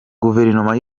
guverinoma